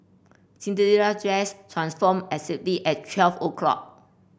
Cinderella's dress transformed exactly at twelve o'clock